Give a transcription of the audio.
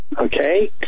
Okay